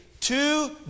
two